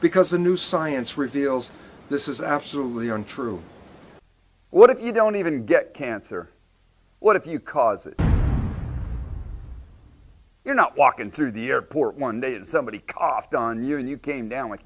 because the new science reveals this is absolutely untrue what if you don't even get cancer what if you cause it you're not walking through the airport one day and somebody coughed on you and you came down with